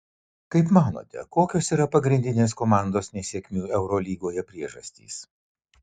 kaip manote kokios yra pagrindinės komandos nesėkmių eurolygoje priežastys